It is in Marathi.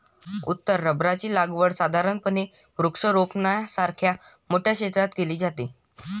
उत्तर रबराची लागवड साधारणपणे वृक्षारोपणासारख्या मोठ्या क्षेत्रात केली जाते